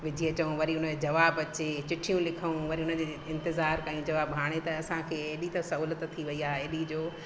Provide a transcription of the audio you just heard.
विझी अचूं वरी हुन जो जवाबु अचे चिठियूं लिखूं वरी उन जो इंतज़ारु कयूं हाणे त असांखे एॾी त सहूलियतूं थी वई आहे एॾी जो